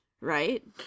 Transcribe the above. right